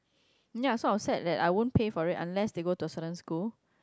ya so I'll set that I won't pay for it unless they go to a certain school